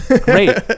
Great